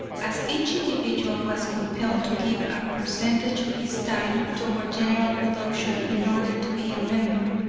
as each individual was compelled to give a percentage of his time toward general production, in order to be a member,